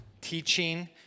teaching